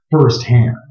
firsthand